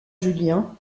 julien